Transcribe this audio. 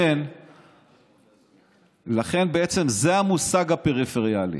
זה המושג "פריפריאלי".